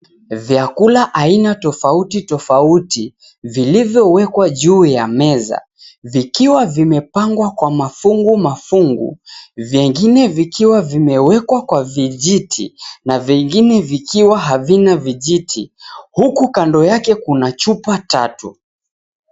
Vyakula aina tofauti tofauti vilivyowekwa juu ya meza, vikiwa vimepangwa kwa mafungu mafungu, vingine vikiwa vimewekwa kwa vijiti na vingine vikiwa havina vijiti, huku kando yake kuna chupa tatu.